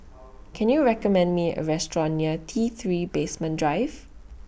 Can YOU recommend Me A Restaurant near T three Basement Drive